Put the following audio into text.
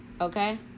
Okay